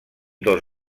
dos